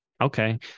Okay